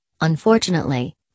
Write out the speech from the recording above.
unfortunately